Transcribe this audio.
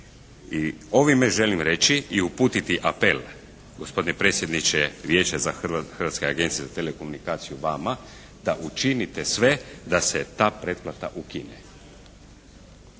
I ovime želim reći i uputiti apel gospodine predsjedniče Vijeća za, Hrvatske agencije za telekomunikaciju vama da učinite sve da se ta pretplata ukine.